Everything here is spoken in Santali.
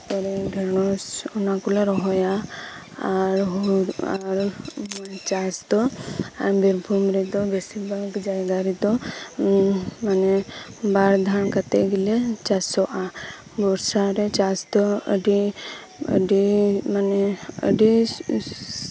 ᱰᱷᱮᱸᱲᱚᱥ ᱚᱱᱟ ᱠᱚᱞᱮ ᱨᱚᱦᱚᱭᱟ ᱟᱨ ᱦᱳᱲᱳ ᱪᱟᱥ ᱫᱚ ᱵᱤᱨᱵᱷᱩᱢ ᱡᱮᱞᱟ ᱨᱮᱫᱚ ᱵᱮᱥᱤᱨ ᱵᱷᱟᱜᱽ ᱡᱟᱭᱜᱟ ᱨᱮᱫᱚ ᱵᱟᱨᱫᱷᱟᱣ ᱠᱟᱛᱮᱫ ᱜᱮᱞᱮ ᱪᱟᱥᱚᱜᱼᱟ ᱵᱚᱨᱥᱟ ᱨᱮ ᱪᱟᱥ ᱫᱚ ᱟᱹᱰᱤ ᱟᱹᱰᱤ ᱟᱹᱰᱤ ᱢᱟᱱᱮ